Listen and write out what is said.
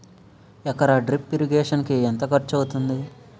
ఎకర drip irrigation కి ఎంత ఖర్చు అవుతుంది?